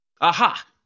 Aha